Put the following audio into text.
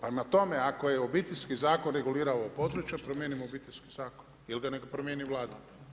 Prema tome, ako je Obiteljski zakon regulirao ovo područje, promijenimo Obiteljski zakon il ga nek promijeni Vlada.